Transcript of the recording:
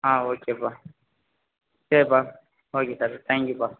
ஆ ஓகேபா சரிபா ஓகே சரி தேங்க் யூபா